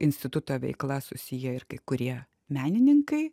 instituto veikla susiję ir kai kurie menininkai